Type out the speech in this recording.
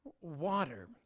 water